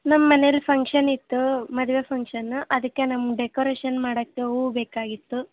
ನಮ್ಮ ಮನೇಲಿ ಫಂಕ್ಷನ್ ಇತ್ತು ಮದುವೆ ಫಂಕ್ಷನ್ ಅದಕ್ಕೆ ನಮ್ಗೆ ಡೆಕೋರೇಷನ್ ಮಾಡೋಕ್ಕೆ ಹೂ ಬೇಕಾಗಿತ್ತು